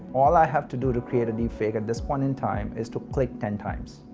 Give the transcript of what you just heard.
all i have to do to create a deepfake at this point in time is to click ten times.